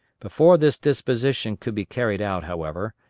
before this disposition could be carried out, however,